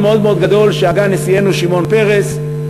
מאוד מאוד גדול שהגה נשיאנו שמעון פרס,